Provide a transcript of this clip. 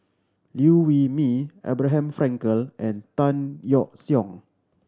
Liew Wee Mee Abraham Frankel and Tan Yeok Seong